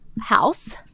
house